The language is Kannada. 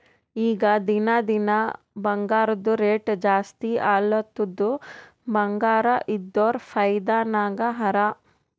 ಈಗ ದಿನಾ ದಿನಾ ಬಂಗಾರ್ದು ರೇಟ್ ಜಾಸ್ತಿ ಆಲತ್ತುದ್ ಬಂಗಾರ ಇದ್ದೋರ್ ಫೈದಾ ನಾಗ್ ಹರಾ